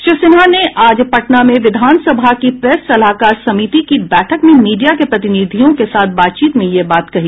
श्री सिन्हा ने आज पटना में विधान सभा की प्रेस सलाहकार समिति की बैठक में मीडिया के प्रतिनिधियों के साथ बातचीत में यह बात कही